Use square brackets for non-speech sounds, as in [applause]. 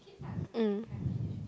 mm [breath]